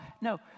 No